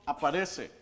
aparece